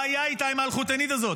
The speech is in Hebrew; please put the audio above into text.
מה היה איתה, עם האלחוטנית הזאת?